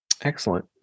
Excellent